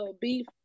beef